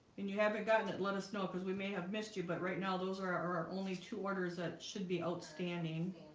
and you haven't gotten it let us know because we may have missed you but right now those are our only two orders, that should be outstanding